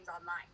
online